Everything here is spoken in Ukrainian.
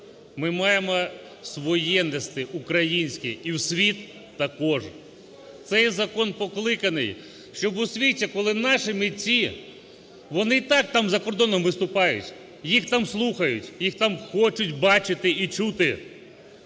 ми маємо своє нести українське і у світ також. Цей закон покликаний, щоб у світі, коли наші митці, вони й так там за кордоном виступають, їх там слухають, їх там хочуть бачити і чути,